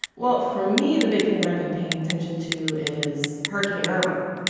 well, for me, and the big thing that i've been paying attention to is hurricane irma,